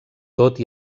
tot